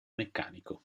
meccanico